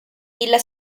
villa